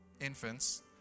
infants